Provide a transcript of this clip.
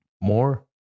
more